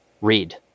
Read